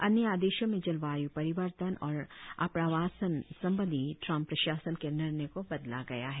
अन्य आदेशों में जलवाय़ परिवर्तन और आप्रवासन संबंधी ट्रम्प प्रशासन के निर्णय को बदला गया है